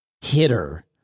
hitter